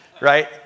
right